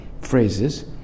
phrases